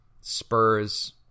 Spurs